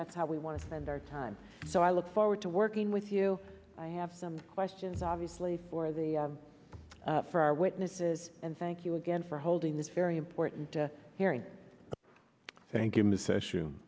that's how we want to spend our time so i look forward to working with you i have some questions obviously for the for our witnesses and thank you again for holding this very important to hearing